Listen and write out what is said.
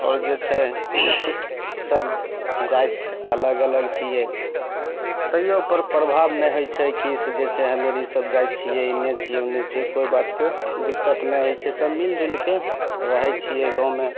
आओर जे छै सब जाति अलग अलग छियै तैयो कोइ प्रभाव नहि होइ छै की ई से जे छै हम्मे सब जाइ छियै इन्ने छियै उन्ने छियै कोइ बातके दिक्कत नहि होइ छै से सब मिलजुलिके रहय छियै गाँवमे